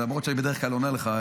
למרות שאני בדרך כלל עונה לך,